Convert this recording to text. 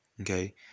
Okay